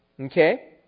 Okay